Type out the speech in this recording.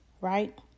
right